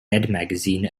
magazine